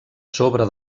sobre